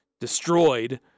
destroyed